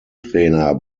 trainer